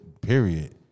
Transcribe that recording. period